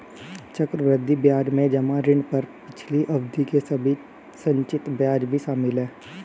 चक्रवृद्धि ब्याज में जमा ऋण पर पिछली अवधि के सभी संचित ब्याज भी शामिल हैं